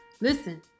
Listen